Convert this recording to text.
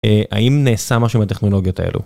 האם נעשה משהו עם הטכנולוגיות האלו?